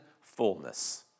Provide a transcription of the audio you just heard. fullness